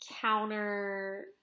counter